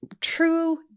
true